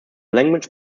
language